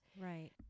Right